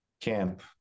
camp